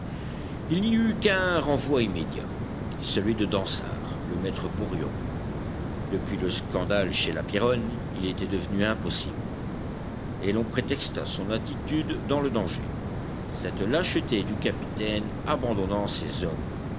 il n'y eut qu'un renvoi immédiat celui de dansaert le maître porion depuis le scandale chez la pierronne il était devenu impossible et l'on prétexta son attitude dans le danger cette lâcheté du capitaine abandonnant ses hommes